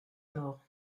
mort